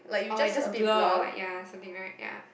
or like just blur or like ya something right ya